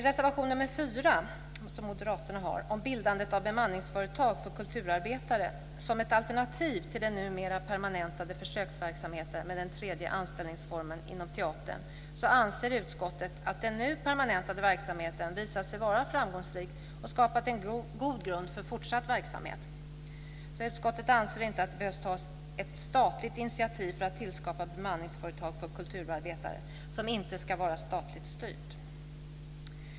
Reservation nr 4 från moderaterna gäller bildandet av bemanningsföretag för kulturarbetare som ett alternativ till den numera permanentade försöksverksamheten med en tredje anställningsform inom teatern. Utskottet anser att den nu permanentade verksamheten har visat sig vara framgångsrik och att den har skapat en god grund för fortsatt verksamhet. Utskottet anser inte att det behöver tas ett statligt initiativ för att tillskapa bemanningsföretag för kulturarbetare som inte ska vara statligt styrt.